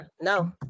No